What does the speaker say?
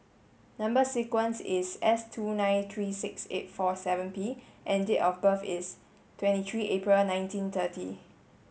number sequence is S two nine three six eight four seven P and date of birth is twenty three April nineteen thirty